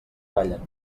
ballen